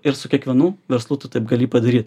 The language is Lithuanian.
ir su kiekvienu verslu tu taip gali padaryt